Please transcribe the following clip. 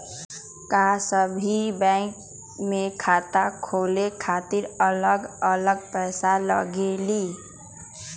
का सभी बैंक में खाता खोले खातीर अलग अलग पैसा लगेलि?